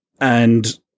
and-